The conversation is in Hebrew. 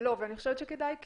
אני חושבת שכדאי כן,